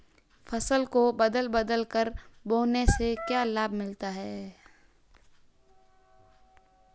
फसल को बदल बदल कर बोने से क्या लाभ मिलता है?